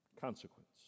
consequence